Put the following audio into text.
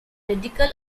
radical